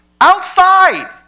Outside